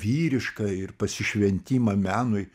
vyrišką ir pasišventimą menui